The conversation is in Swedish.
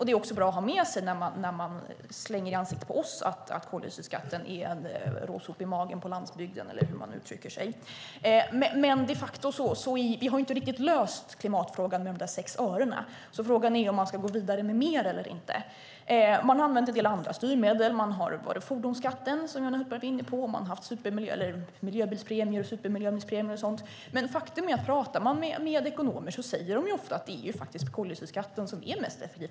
Det är också bra att ha med sig när man slänger i ansiktet på oss att koldioxidskatten är en råsop i magen på landsbygden, eller hur man uttrycker sig. Vi har dock inte riktigt löst klimatfrågan med de 6 örena, så frågan är om man ska gå vidare med mer eller inte. Man har använt en del andra styrmedel. Johan Hultberg var inne på fordonsskatten, och man har haft miljöbilspremier och supermiljöbilspremier. Faktum är dock att om man pratar med ekonomer så säger de ofta att det är koldioxidskatten som är mest effektiv.